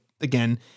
again